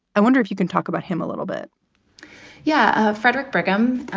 i wonder if you can talk about him a little bit yeah. frederick brigham.